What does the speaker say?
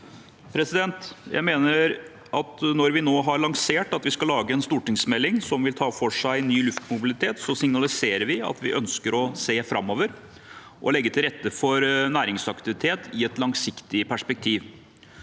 enn i 2018. Jeg mener at når vi nå har lansert at vi skal lage en stortingsmelding som vil ta for seg ny luftmobilitet, signaliserer vi at vi ønsker å se framover og legge til rette for næringsaktivitet i et langsiktig perspektiv.